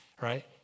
right